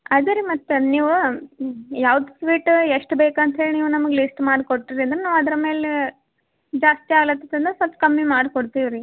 ಅದೇ ರೀ ಮತ್ತೆ ನೀವು ಯಾವ್ದು ಸ್ವೀಟ್ ಎಷ್ಟು ಬೇಕಂತ ಹೇಳಿ ನೀವು ನಮ್ಗೆ ಲಿಸ್ಟ್ ಮಾಡಿ ಕೊಟ್ಟಿರಿ ಅಂದರೆ ನಾವು ಅದ್ರ ಮೇಲೆ ಜಾಸ್ತಿ ಆಲದದನ್ನ ಸ್ವಲ್ಪ ಕಮ್ಮಿ ಮಾಡಿ ಕೊಡ್ತಿವಿ ರೀ